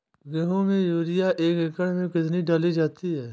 गेहूँ में यूरिया एक एकड़ में कितनी डाली जाती है?